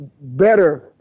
better